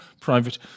Private